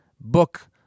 book